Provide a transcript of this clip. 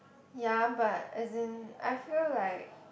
ya but as in I feel like